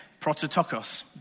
Prototokos